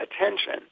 attention